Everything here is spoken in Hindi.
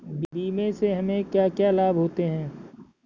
बीमा से हमे क्या क्या लाभ होते हैं?